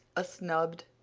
a snubbed,